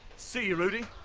see you, rudy!